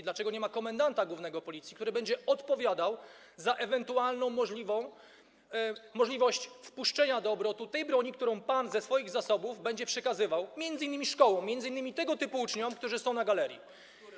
Dlaczego nie ma komendanta głównego Policji, który będzie odpowiadał za ewentualną możliwość wprowadzenia do obrotu tej broni, którą pan ze swoich zasobów będzie przekazywał m.in. szkołom, m.in. tego typu uczniom, którzy są na galerii?